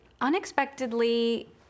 unexpectedly